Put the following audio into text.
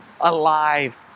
alive